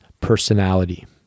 personality